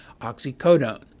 oxycodone